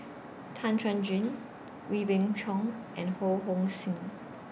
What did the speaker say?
Tan Chuan Jin Wee Beng Chong and Ho Hong Sing